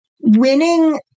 winning